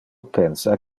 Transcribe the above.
pensa